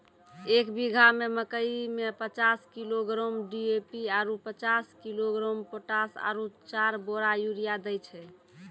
एक बीघा मे मकई मे पचास किलोग्राम डी.ए.पी आरु पचीस किलोग्राम पोटास आरु चार बोरा यूरिया दैय छैय?